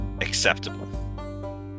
acceptable